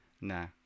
nah